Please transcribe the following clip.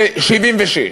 ב-1976.